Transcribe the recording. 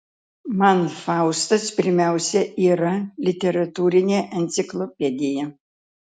man faustas pirmiausia yra literatūrinė enciklopedija